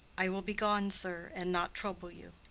i will be gone, sir, and not trouble you.